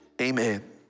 Amen